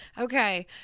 Okay